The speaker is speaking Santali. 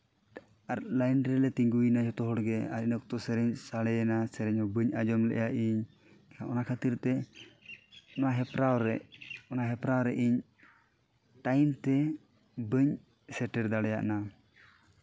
ᱟᱨ ᱞᱟᱭᱤᱱ ᱞᱮᱨᱮ ᱛᱤᱸᱜᱩᱭᱮᱱᱟ ᱡᱚᱛᱚ ᱦᱚᱲ ᱜᱮ ᱟᱨ ᱤᱱᱟᱹ ᱚᱠᱛᱚ ᱥᱟᱭᱨᱮᱱ ᱥᱟᱰᱮ ᱮᱱᱟ ᱥᱟᱭᱨᱮᱱᱢᱟ ᱵᱟᱹᱧ ᱟᱸᱡᱚᱢ ᱞᱮᱜᱼᱟ ᱤᱧ ᱚᱱᱟ ᱠᱷᱟᱹᱛᱤᱨ ᱛᱮ ᱱᱚᱣᱟ ᱦᱮᱯᱟᱨᱟᱣ ᱨᱮ ᱚᱱᱟ ᱦᱮᱯᱨᱟᱣ ᱨᱮ ᱤᱧ ᱴᱟᱭᱤᱢᱛᱮ ᱵᱟᱹᱧ ᱥᱮᱴᱮᱨ ᱫᱟᱲᱮ ᱟᱱᱟ